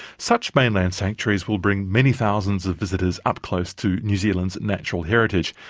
such mainland sanctuaries will bring many thousands of visitors up close to new zealand's natural heritage,